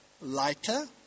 lighter